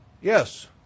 Yes